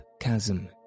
chasm